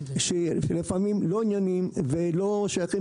לפעמים לא ענייניים ולא שייכים